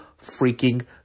freaking